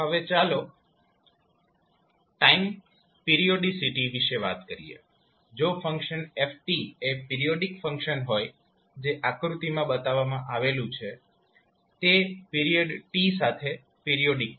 હવે ચાલો time periodicity વિશે વાત કરીએ જો ફંક્શન f એ પીરીયોડીક ફંક્શન હોય જે આકૃતિમાં બતાવવામાં આવેલુ છે તે પીરીયડ t સાથે પીરીયોડીક છે